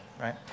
right